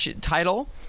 title